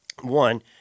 One